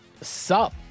Sup